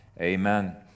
Amen